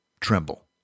tremble